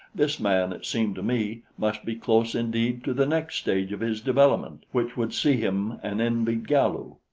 this man, it seemed to me, must be close indeed to the next stage of his development, which would see him an envied galu.